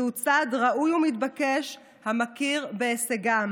זהו צעד ראוי ומתבקש המכיר בהישגם.